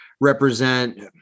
represent